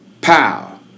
pow